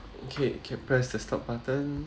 okay can press the stop button